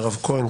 מירב כהן,